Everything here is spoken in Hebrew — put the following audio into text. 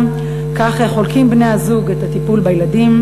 כך חולקים בני-הזוג את הטיפול בילדים,